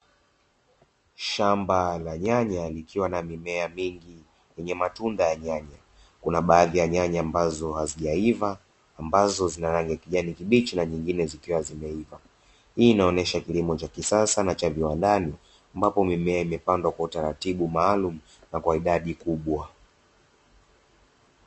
Shamba la nyanya likiwa na mimea mingi, lenye matunda ya nyanya. Kuna baadhi ya nyanya ambazo hazijaiva, ambazo zina rangi gani kibichi na nyingine zikiwa zimeiva. Hii inaonesha kilimo cha kisasa na cha viwandani ambapo mimea imepandwa kwa utaratibu maalumu, na kwa idadi kubwa.